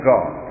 God